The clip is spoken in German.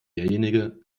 derjenige